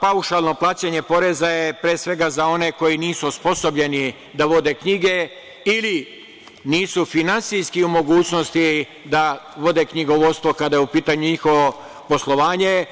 paušalno plaćanje poreza je pre svega za one koji nisu osposobljeni da vode knjige ili nisu finansijski u mogućnosti da vode knjigovodstvo kada je u pitanju njihovo poslovanje.